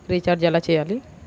Recharge ఎలా చెయ్యాలి?